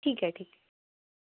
ठीक आहे ठीक आहे